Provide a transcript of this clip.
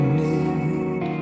need